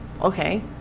Okay